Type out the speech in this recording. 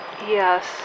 Yes